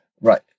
right